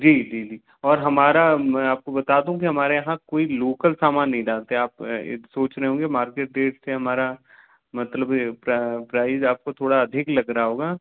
जी जी जी और हमारा मैं आपको बता दूँ कि हमारे यहाँ कोई लोकल सामान नहीं डालते आप ये सोच रहे होंगे मार्केट रेट से हमारा मतलब ये प्रैज आपको थोड़ा अधिक लग रहा होगा